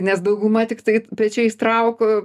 nes dauguma tiktai pečiais trauko